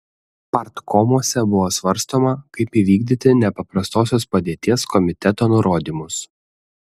partkomuose buvo svarstoma kaip įvykdyti nepaprastosios padėties komiteto nurodymus